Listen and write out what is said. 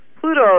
Pluto